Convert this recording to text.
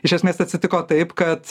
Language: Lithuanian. iš esmės atsitiko taip kad